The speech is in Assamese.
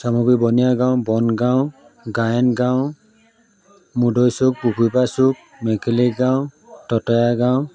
চামুগুড়ি বনিয়া গাঁও বনগাঁও গায়ন গাঁও মুদৈ চুক পুখুৰীপাৰ চুক মেখেলি গাঁও ততৰা গাওঁ